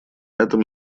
этом